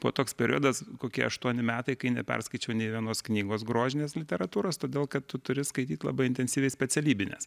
buvo toks periodas kokie aštuoni metai kai neperskaičiau nė vienos knygos grožinės literatūros todėl kad tu turi skaityt labai intensyviai specialybines